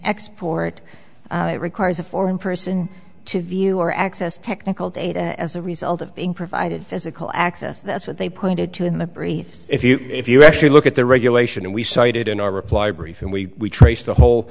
export it requires a foreign person to view or access technical data as a result of being provided physical access that's what they pointed to in the briefs if you if you actually look at the regulation and we cited in our reply brief and we trace the whole